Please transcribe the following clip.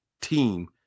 team